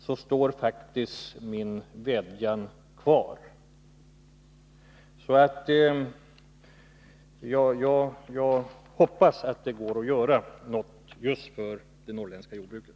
Därför står faktiskt min vädjan kvar. Jag hoppas att det går att göra något för just det norrländska jordbruket.